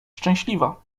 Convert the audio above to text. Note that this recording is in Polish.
szczęśliwa